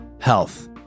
health